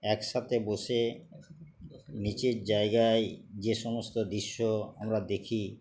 একসাথে বসে নিচের জায়গায় যে সমস্ত দৃশ্য আমরা দেখি